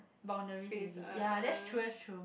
boundaries maybe ya that's true that's true